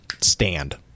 stand